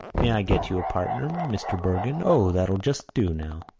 may i get you a partner, mr. bergin. o, that'll just do now.